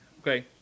Okay